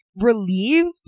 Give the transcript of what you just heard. relieved